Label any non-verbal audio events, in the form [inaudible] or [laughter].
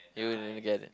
you [noise] never get it